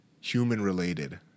human-related